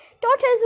tortoises